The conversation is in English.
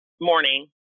morning